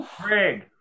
Craig